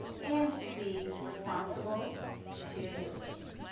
and to be responsible to your users.